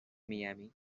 miami